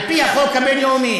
על פי החוק הבין-לאומי,